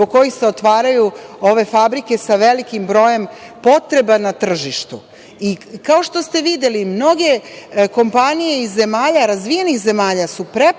zbog kojih se otvaraju ove fabrike, sa velikim brojem potreba na tržištu. Kao što ste videli, mnoge kompanije iz razvijenih zemalja su prepoznale